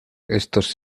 estos